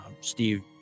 Steve